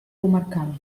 comarcal